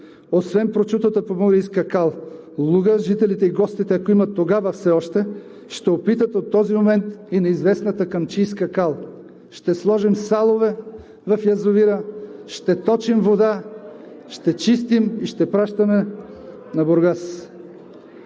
освен прочутата поморийска кал, луга, жителите и гостите, ако тогава все още има, ще опитат от този момент и неизвестната камчийска кал. Ще сложим салове в язовира, ще точим вода, ще чистим и ще пращаме на Бургас.